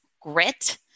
grit